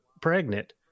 pregnant